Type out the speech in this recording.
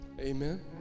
Amen